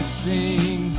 sing